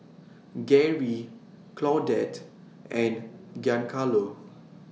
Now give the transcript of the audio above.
Garry Claudette and Giancarlo